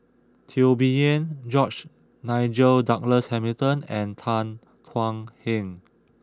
Teo Bee Yen George Nigel Douglas Hamilton and Tan Thuan Heng